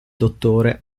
dottore